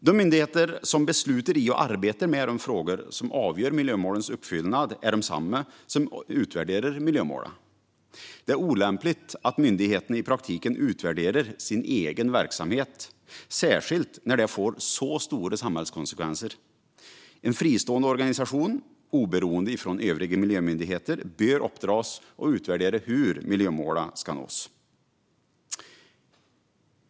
De myndigheter som beslutar om och arbetar med de frågor som avgör miljömålens uppfyllelse är desamma som utvärderar miljömålen. Det är olämpligt att myndigheterna i praktiken utvärderar sin egen verksamhet, särskilt när det får så stora samhällskonsekvenser. En fristående organisation, oberoende av övriga miljömyndigheter, bör uppdras att utvärdera hur miljömålen ska nås.